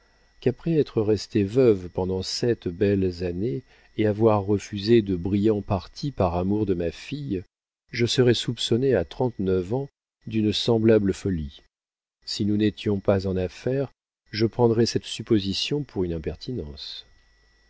qu'après être restée veuve pendant sept belles années et avoir refusé de brillants partis par amour de ma fille je serais soupçonnée à trente-neuf ans d'une semblable folie si nous n'étions pas en affaire je prendrais cette supposition pour une impertinence